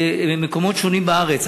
במקומות שונים בארץ.